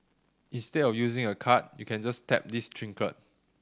instead of using a card you can just tap this trinket